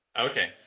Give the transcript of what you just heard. Okay